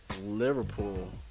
Liverpool